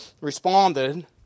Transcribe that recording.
responded